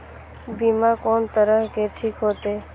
बीमा कोन तरह के ठीक होते?